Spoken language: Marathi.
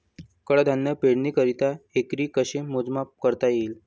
कडधान्य पेरणीकरिता एकरी कसे मोजमाप करता येईल?